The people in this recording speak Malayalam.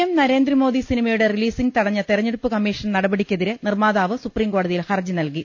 എം നരേന്ദ്രമോദി സിനിമയുടെ റിലീസിങ് തടഞ്ഞ തെര ഞ്ഞെടുപ്പ് കമ്മീഷൻ നടപടിക്കെതിരെ നിർമ്മാതാവ് സുപ്രീംകോ ടതിയിൽ ഹർജി നൽകി